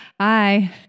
Hi